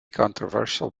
controversial